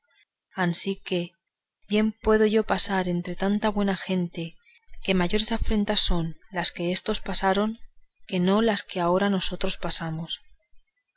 ansí que bien puedo yo pasar entre tanta buena gente que mayores afrentas son las que éstos pasaron que no las que ahora nosotros pasamos